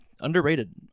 Underrated